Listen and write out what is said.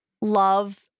love